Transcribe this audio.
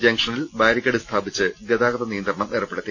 ജങ്ഷനിൽ barricade സ്ഥാപിച്ച് ഗതാഗതനിയന്ത്രണം ഏർപ്പെടുത്തി